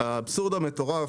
האבסורד המטורף,